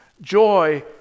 Joy